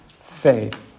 Faith